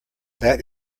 that